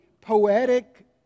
poetic